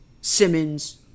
Simmons